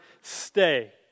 stay